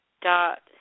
dot